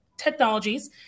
technologies